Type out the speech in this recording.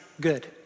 good